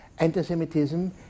Antisemitism